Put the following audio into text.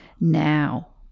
now